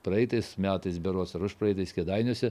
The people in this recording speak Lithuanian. praeitais metais berods ar užpraeitais kėdainiuose